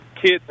kids